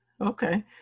Okay